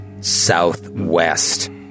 southwest